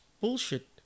bullshit